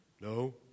No